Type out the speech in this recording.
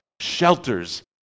shelters